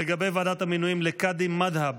לגבי ועדת המינויים לקאדים מד'הב,